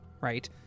right